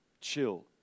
Chill